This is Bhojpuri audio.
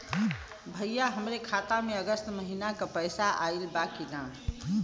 भईया हमरे खाता में अगस्त महीना क पैसा आईल बा की ना?